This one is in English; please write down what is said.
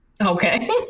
Okay